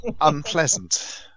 unpleasant